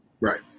Right